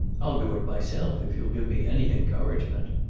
i'll do it myself if you'll give me any encouragement.